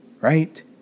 right